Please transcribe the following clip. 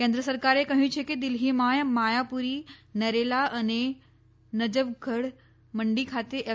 કેન્દ્ર સરકારે કહ્યું છે કે દિલ્હીમાં માયાપુરી નરેલા અને નજફગઢ મંડી ખાતે એફ